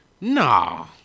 Nah